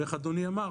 ואיך אדוני אמר,